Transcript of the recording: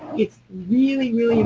it's really, really